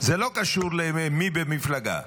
זה לא קשור למי במפלגה.